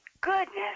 goodness